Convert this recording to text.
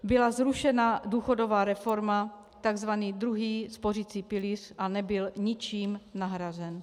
Byla zrušena důchodová reforma, tzv. druhý spořicí pilíř, a nebyl ničím nahrazen.